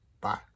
Bye